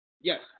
Yes